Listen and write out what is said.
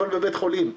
אבל בבית חולים,